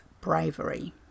bravery